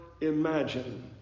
imagine